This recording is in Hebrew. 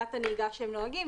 מבחינת הנהיגה שהם נוהגים,